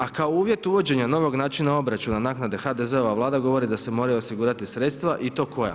A kao uvjet uvođenja novog načina obračuna naknade HDZ-ova Vlada govori da se moraju osigurati sredstva i to koja?